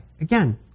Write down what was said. Again